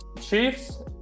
Chiefs